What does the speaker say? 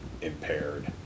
impaired